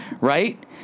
Right